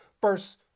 First